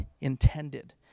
intended